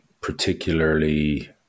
particularly